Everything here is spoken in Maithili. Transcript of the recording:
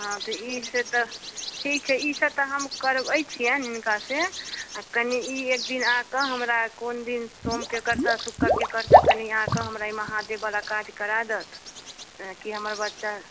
हँ तऽ ई से तऽ ठीक छै ई सब तऽ हम करबैत छिअनि हिनका से आ ई कनि एक दिन आ कऽ हमरा कोन दिन सोमके करतथि शुक्रके करतथि कनि आ कऽ हमरा महादेवबला काज करा दथि कि हमर बच्चा